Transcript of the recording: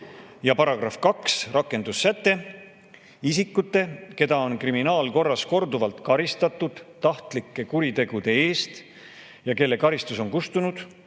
Paragrahv 2, rakendussäte: "Isikute, keda on kriminaalkorras korduvalt karistatud tahtlike kuritegude eest ja kelle karistus on kustunud,